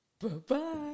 bye-bye